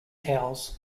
towels